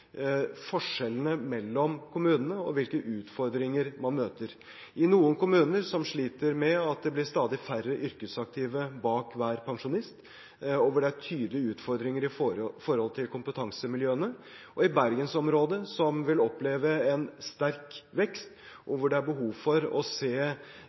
forskjellene mellom kommunene og hvilke utfordringer man møter. I noen kommuner sliter man med at det blir stadig færre yrkesaktive bak hver pensjonist, og det er tydelige utfordringer med hensyn til kompetansemiljøene. Bergensområdet vil oppleve en sterk vekst, og der er det behov for å se